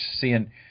seeing